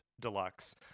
Deluxe